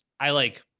i like.